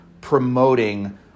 promoting